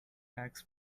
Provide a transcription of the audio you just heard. bags